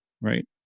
Right